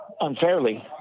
unfairly